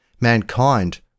Mankind